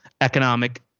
economic